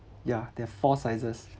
yeah they've four sizes